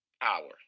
Power